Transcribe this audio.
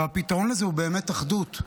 והפתרון הזה הוא באמת אחדות.